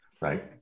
right